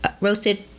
roasted